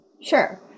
sure